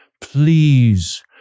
Please